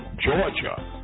Georgia